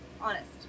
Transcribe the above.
honest